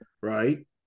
right